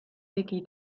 tegi